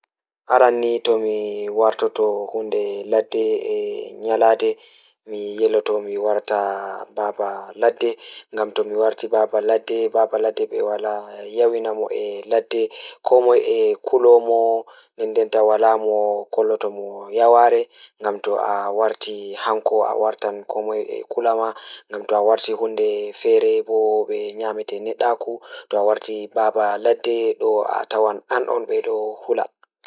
Aran ni komi wartoto huunde ladde e nyaande miyiɗoto mi warta baba ladde So mi ɗon waɗde dow leydi ɗum, mi ɗon welti ɗum mi waɗi ndeer ɗo maɓɓe, mi teeŋti miɗo waɗi jawdi ngam jawɗe yeeso, te'ewal e keɗɗe ɓeyngu. Jawdi ɗum ko ngam jawɗe yeeso ngal miɗo teeŋtude ngal mi waɗa waɗde e teeŋol e ɗo maɓɓe.